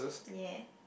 ya